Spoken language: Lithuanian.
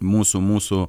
mūsų mūsų